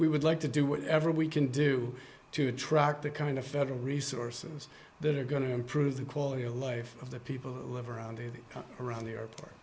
we would like to do whatever we can do to attract the kind of federal resources that are going to improve the quality of life of the people who live around here around the airport